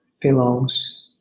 belongs